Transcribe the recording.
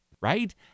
right